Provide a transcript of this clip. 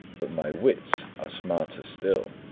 but my wits are smarter still.